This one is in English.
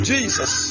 Jesus